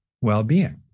well-being